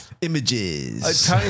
Images